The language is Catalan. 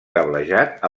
cablejat